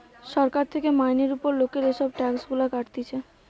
সরকার থেকে মাইনের উপর লোকের এসব ট্যাক্স গুলা কাটতিছে